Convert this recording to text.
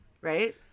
Right